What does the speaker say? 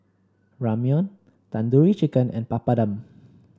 Ramyeon Tandoori Chicken and Papadum